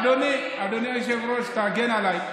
אדוני היושב-ראש, תגן עליי.